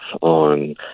on